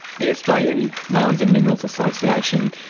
the australian mines and minerals association,